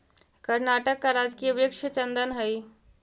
कर्नाटक का राजकीय वृक्ष चंदन हई